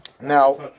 Now